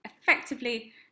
effectively